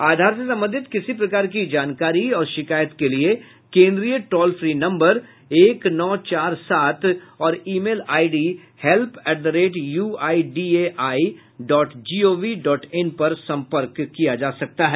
आधार से संबंधित किसी प्रकार की जानकारी और शिकायत के लिए केन्द्रीय टोल फ्री नम्बर एक नौ चार सात और email ID help at the rate U I D A I dot gov dot in पर सम्पर्क कर सकते हैं